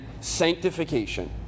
sanctification